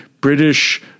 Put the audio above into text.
British